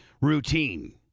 routine